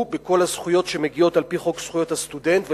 בכל הזכויות שמגיעות על-פי חוק זכויות הסטודנט,